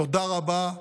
תודה רבה.